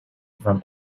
from